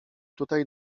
tutaj